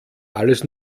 alles